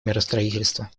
миростроительства